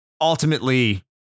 ultimately